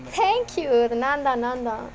thank you நான் தான் நான் தான்:naan thaan naan thaan